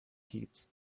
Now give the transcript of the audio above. kids